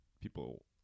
people